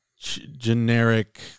generic